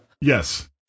Yes